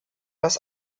das